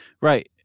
Right